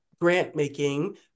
grant-making